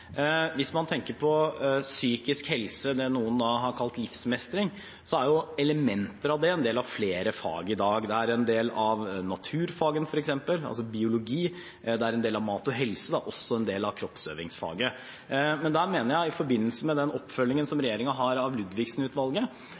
en del av flere fag i dag. Det er en del av naturfagene, f.eks. biologi, det er en del av mat og helse, det er også en del av kroppsøvingsfaget. Men i forbindelse med den oppfølgingen som regjeringen har av